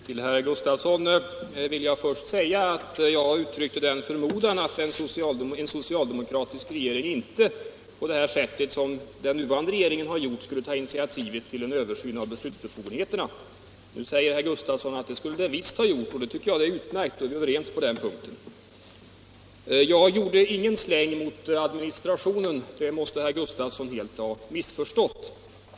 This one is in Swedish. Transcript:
Herr talman! Först vill jag till herr Gustafsson i Barkarby säga att jag uttryckte en förmodan om att en socialdemokratisk regering inte på det sätt som den nuvarande regeringen har gjort skulle ta initiativ till en översyn av beslutsbefogenheterna. Nu svarar herr Gustafsson att det skulle den visst ha gjort. Det tycker jag i så fall är utmärkt. Då är vi överens på den punkten. Jag gjorde ingen släng mot administrationen. Det måste herr Gustafsson helt ha missförstått.